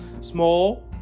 small